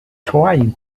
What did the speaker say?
trying